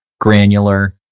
granular